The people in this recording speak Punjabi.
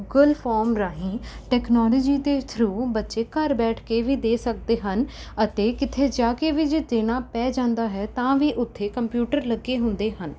ਗੂਗਲ ਫੋਮ ਰਾਹੀਂ ਟੈਕਨੋਲਜੀ ਦੇ ਥਰੂ ਬੱਚੇ ਘਰ ਬੈਠ ਕੇ ਵੀ ਦੇ ਸਕਦੇ ਹਨ ਅਤੇ ਕਿਥੇ ਜਾ ਕੇ ਵੀ ਜੇ ਦੇਣਾ ਪੈ ਜਾਂਦਾ ਹੈ ਤਾਂ ਵੀ ਉੱਥੇ ਕੰਪਿਊਟਰ ਲੱਗੇ ਹੁੰਦੇ ਹਨ